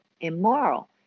immoral